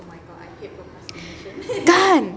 kan